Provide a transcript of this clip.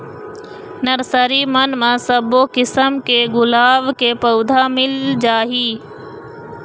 nursery मन म सब्बो किसम के गुलाब के पउधा मिल जाही